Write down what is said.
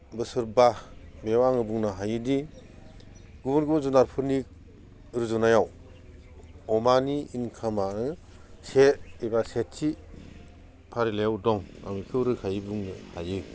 बोसोर बा बेयाव आङो बुंनो हायो दि गुबुन गुबुन जुनारफोरनि रुजुनायाव अमानि इनकामानो से एबा सेथि फारिलाइआव दं आं बेखौ रोखायै बुंनो हायो